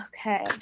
Okay